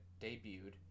debuted